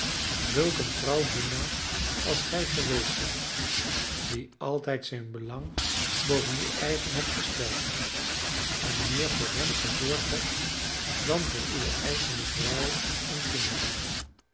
zulk een trouw dienaar als gij geweest zijt die altijd zijn belang boven uw eigen hebt gesteld en meer voor hem gezorgd hebt dan voor uwe eigene vrouw en kinderen